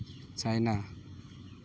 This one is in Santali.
ᱪᱟᱭᱱᱟ